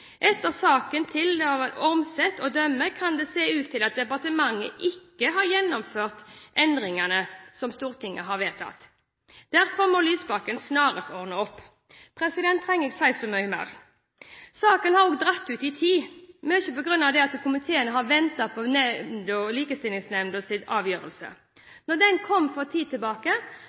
Etter saken til Ormseth å dømme kan det se ut til at departementet ikke har gjennomført endringen» – som Stortinget har vedtatt. – «Derfor må Lysbakken snarest ordne opp.» Trenger jeg si så mye mer? Saken har også dratt ut i tid, mye på grunn av at komiteen har ventet på Likestillings- og diskrimineringsnemndas avgjørelse. Da den kom for en tid